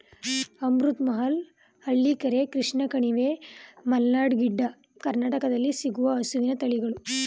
ಅಮೃತ್ ಮಹಲ್, ಹಳ್ಳಿಕಾರ್, ಕೃಷ್ಣ ಕಣಿವೆ, ಮಲ್ನಾಡ್ ಗಿಡ್ಡ, ಕರ್ನಾಟಕದಲ್ಲಿ ಸಿಗುವ ಹಸುವಿನ ತಳಿಗಳು